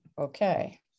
Okay